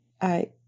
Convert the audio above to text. I